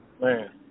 Man